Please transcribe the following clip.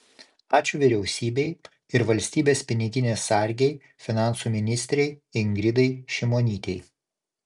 ačiū vyriausybei ir valstybės piniginės sargei finansų ministrei ingridai šimonytei